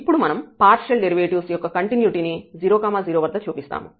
ఇప్పుడు మనం partial derivatives యొక్క కంటిన్యుటీ ని 0 0 వద్ద చూపిస్తాము